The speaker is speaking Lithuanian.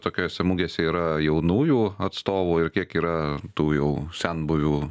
tokiose mugėse yra jaunųjų atstovų ir kiek yra tų jau senbuvių